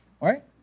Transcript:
Right